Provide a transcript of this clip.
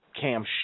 Cam